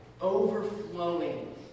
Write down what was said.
overflowing